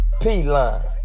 P-Line